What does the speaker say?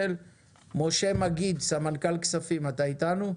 משה מגיד, סמנכ"ל כספים בישרוטל, אתה איתנו?